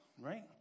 right